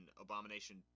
Abomination